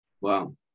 Wow